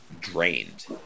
Drained